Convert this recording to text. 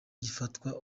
gifatwa